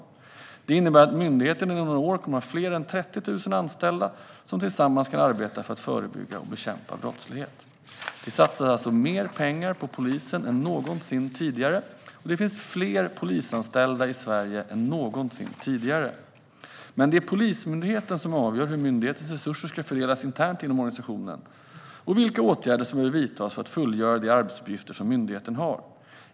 Detta innebär att myndigheten inom några år kommer att ha fler än 30 000 anställda, som tillsammans kan arbeta för att förebygga och bekämpa brottslighet. Vi satsar alltså mer pengar på polisen än någonsin tidigare, och det finns fler polisanställda i Sverige än någonsin tidigare. Men det är Polismyndigheten som avgör hur myndighetens resurser ska fördelas internt inom organisationen och vilka åtgärder som behöver vidtas för att fullgöra de arbetsuppgifter som myndigheten har.